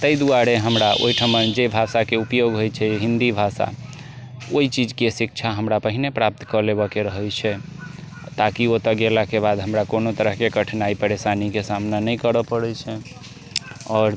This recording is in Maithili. ताहि दुआरे हमरा ओहिठमन जे भाषा के उपयोग होइ छै हिन्दी भाषा ओइ चीज के शिक्षा हमरा पहिने प्राप्त करऽ के रहै छै ताकि ओतऽ गेलाके बाद हमरा कोनो तरह के कठिनाइ परेशानी के सामना नहि करऽ पड़ै छै आओर